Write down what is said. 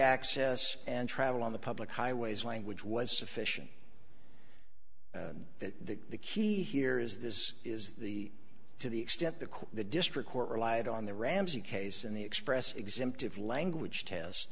access and travel on the public highways language was sufficient and that the key here is this is the to the extent the court the district court relied on the ramsey case in the express exempt of language test